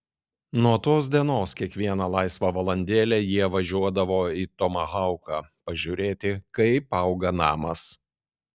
nuo tos dienos kiekvieną laisvą valandėlę jie važiuodavo į tomahauką pažiūrėti kaip auga namas